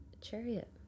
chariot